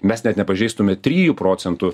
mes net nepažeistume trijų procentų